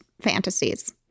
fantasies